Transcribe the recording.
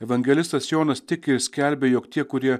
evangelistas jonas tik ir skelbia jog tie kurie